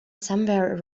somewhere